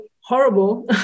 horrible